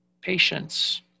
Patience